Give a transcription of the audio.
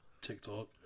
TikTok